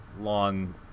long